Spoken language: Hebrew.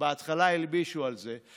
שבהתחלה הלבישו על זה,